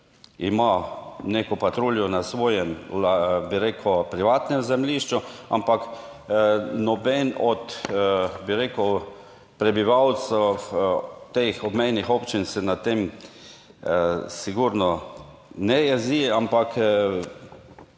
ima neko patruljo na svojem, bi rekel, privatnem zemljišču, ampak noben od, bi rekel, prebivalcev teh obmejnih občin se na tem sigurno ne jezi, ampak